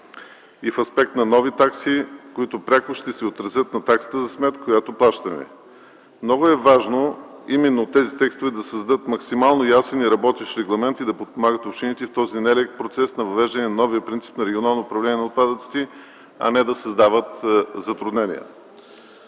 и в аспект на нови такси, които пряко ще се отразят на таксата за смет, която плащаме. Много е важно именно тези текстове да създадат максимално ясен и работещ регламент и да подпомагат общините в този нелек процес на въвеждане на новия принцип на регионално управление на отпадъците, а не да създават затруднения.